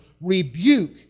rebuke